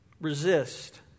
Resist